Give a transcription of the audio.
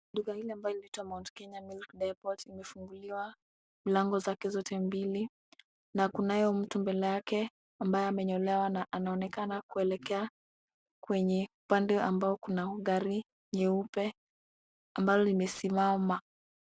Duka hili ambalo linaitwa mount kenya milk deport limefunguliwa mlango zake zote mbili na kunayo mtu mbele yake ambaye amenyolewa na anaonekana kuelekea kwenye upande ambao kuna ugari nyeupe ambalo limesimama.